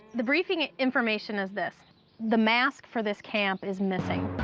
the briefing information is this the mask for this camp is missing.